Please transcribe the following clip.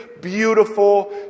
beautiful